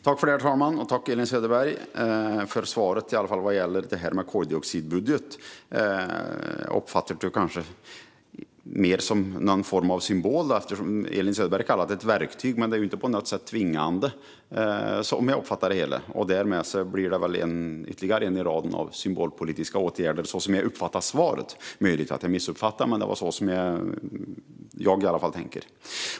Herr talman! Tack, Elin Söderberg, för svaret, i alla fall vad gäller det här med koldioxidbudget. Jag uppfattar det kanske mer som någon form av symbol. Elin Söderberg kallar det ett verktyg, men det är ju inte på något sätt tvingande, som jag uppfattar det hela. Därmed blir det väl ytterligare en i raden av symbolpolitiska åtgärder, så som jag uppfattar svaret. Det är möjligt att jag missuppfattade det, men det är i alla fall så jag tänker.